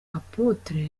apôtre